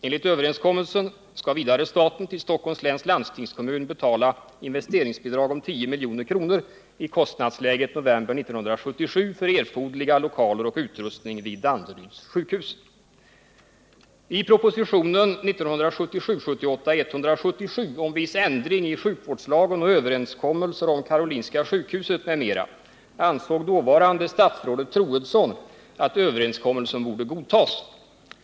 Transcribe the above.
Enligt överenskommelsen skall vidare staten till Stockholms läns landstingskommun betala investeringsbidrag på 10 milj.kr. i kostnadsläget november 1977 för erforderliga lokaler och utrustning vid Danderyds sjukhus. I propositionen 1977/78:177 om viss ändring i sjukvårdslagen, överenskommelser om Karolinska sjukhuset m.m. ansåg dåvarande statsrådet Troedsson att överenskommelsen borde godtas.